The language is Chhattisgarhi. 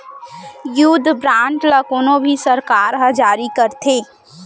युद्ध बांड ल कोनो भी सरकार ह जारी करथे